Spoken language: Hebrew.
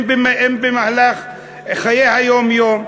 אם במהלך חיי היום-יום.